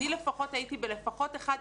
אני לפחות הייתי לפחות באחד,